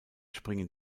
springen